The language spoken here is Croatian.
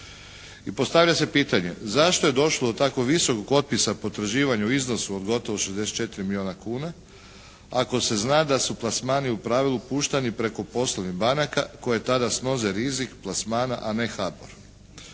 i postavlja se pitanje zašto je došlo do tako visokog otpisa potraživanja u iznosu od gotovo 64 milijuna kuna ako se zna da su plasmani u pravilu puštani preko poslovnih banaka koje tada snose rizik plasmana, a ne HBOR.